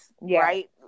Right